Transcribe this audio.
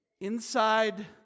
Inside